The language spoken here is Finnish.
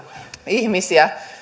ihmisiä